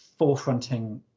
forefronting